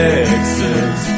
Texas